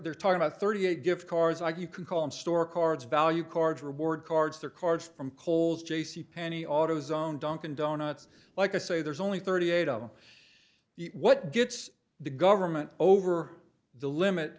are talking about thirty eight gift cards like you can call them store cards value cards reward cards they're cards from kohl's j c penney autozone dunkin donuts like i say there's only thirty eight of them what gets the government over the limit